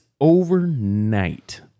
overnight